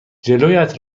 جلویت